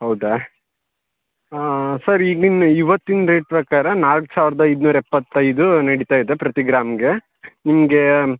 ಹೌದಾ ಸರ್ ಈಗ ನಿನ್ನೆ ಇವತ್ತಿನ ರೇಟ್ ಪ್ರಕಾರ ನಾಲ್ಕು ಸಾವಿರದ ಐದ್ನೂರ ಎಪ್ಪತ್ತೈದೂ ನಡೀತಾಯಿದೆ ಪ್ರತಿ ಗ್ರಾಮ್ಗೆ ನಿಮಗೆ